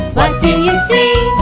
what do you see?